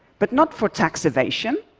but not for tax evasion.